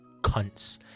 cunts